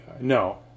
No